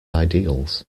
ideals